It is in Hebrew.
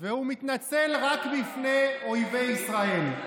והוא מתנצל רק בפני אויבי ישראל.